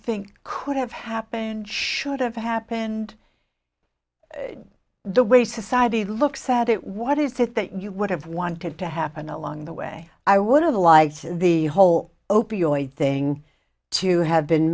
think could have happened should have happened the way society looks at it what is it that you would have wanted to happen along the way i would have a life the whole opioid thing to have been